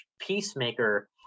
Peacemaker